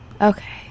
okay